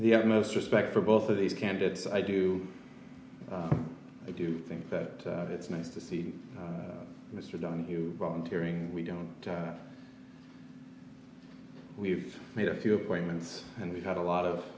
the utmost respect for both of these candidates i do i do think that it's nice to see mr donahue volunteering we don't we've made a few appointments and we've had a lot of